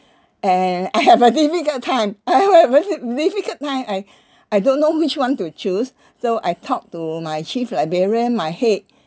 and I have a difficult time I have a very difficult time I I don't know which one to choose so I talk to my chief librarian my head